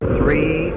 Three